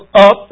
up